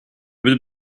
would